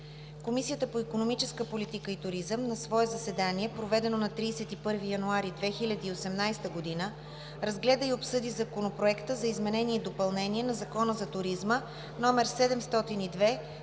Комисията по икономическа политика и туризъм на свое заседание, проведено на 31 януари 2018 г., разгледа и обсъди Законопроект за изменение и допълнение на Закона за туризма,